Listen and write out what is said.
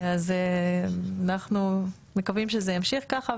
אנחנו מקווים שזה ימשיך כך,